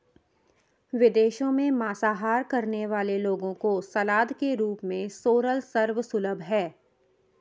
विदेशों में मांसाहार करने वाले लोगों को सलाद के रूप में सोरल सर्व सुलभ है